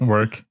Work